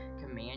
command